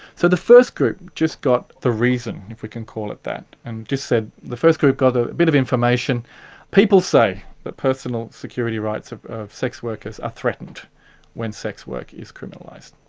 so the first group just got the reason, if we can call it that, and just said the first group got a bit of information people say that personal security rights of sex workers are threatened when sex work is criminalised.